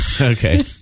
okay